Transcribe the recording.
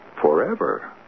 forever